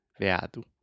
veado